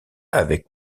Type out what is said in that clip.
avec